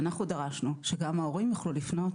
אנחנו דרשנו שגם ההורים יוכלו לפנות.